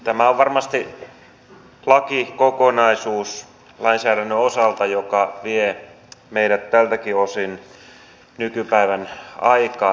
tämä on varmasti lakikokonaisuus sellaiselta lainsäädännön osalta joka vie meidät tältäkin osin nykypäivän aikaan